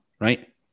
right